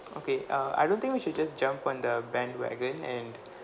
okay uh I don't think we should just jump on the bandwagon and